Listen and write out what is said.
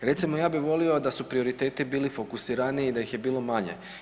Recimo ja bih volio da su prioriteti bili fokusiraniji, da ih je bilo manje.